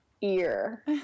ear